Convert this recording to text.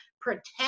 protect